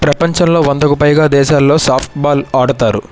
ప్రపంచంలో వందకు పైగా దేశాల్లో సాఫ్ట్బాల్ ఆడతారు